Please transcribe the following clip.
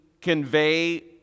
convey